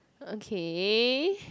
okay